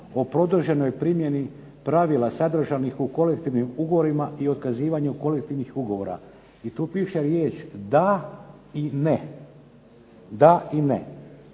o produženoj primjeni pravila sadržanih u kolektivnim ugovorima i otkazivanju kolektivnih ugovora? I tu piše riječ DA i NE. I onda